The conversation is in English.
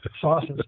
sauces